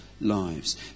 lives